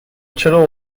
چرا